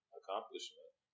accomplishment